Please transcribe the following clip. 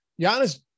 Giannis